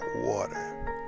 water